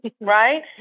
right